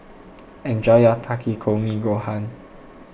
enjoy your Takikomi Gohan